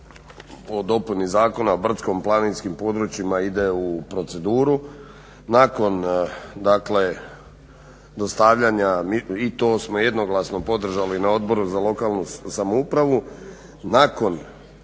o dopuni Zakona o brdsko-planinskim područjima ide u proceduru i to smo jednoglasno podržali na Odboru za lokalnu samoupravu. Nakon